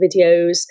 videos